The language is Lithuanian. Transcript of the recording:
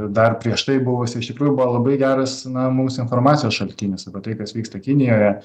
dar prieš tai buvusi iš tikrųjų buvo labai geras na mums informacijos šaltinis apie tai kas vyksta kinijoje